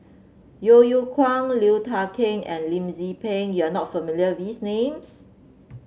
Yeo Yeow Kwang Liu Thai Ker and Lim Tze Peng you are not familiar with these names